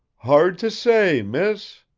hard to say, miss,